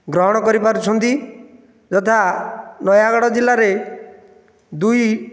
ଗ୍ରହଣ କରିପାରୁଛନ୍ତି ଯଥା ନୟାଗଡ଼ ଜିଲ୍ଲାରେ ଦୁଇ